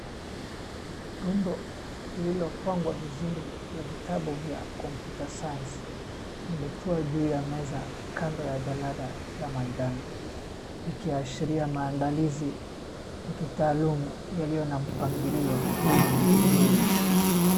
Rundo lilo pangwa vizuri la vitabu vya Computer Science . Limetoa juu ya meza kando ya jaranda la majano likiashilia maandalizi ya kitaaalum yalio na mpangilio mzuri.